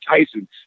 Tyson